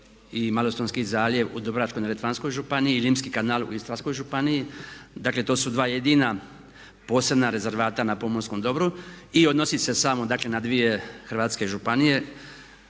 i Malostonski zaljev u Dubrovačko-neretvanskoj županiji, Limski kanal u Istarskoj županiji. Dakle, to su dva jedina posebna rezervata na pomorskom dobru i odnosi se samo dakle na dvije županije,